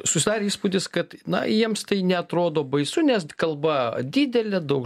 susidarė įspūdis kad na jiems tai neatrodo baisu nes kalba didelė daug